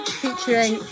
featuring